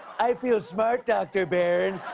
i feel smart, dr. barron.